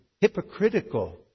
hypocritical